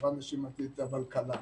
עזרה נשימתית קלה.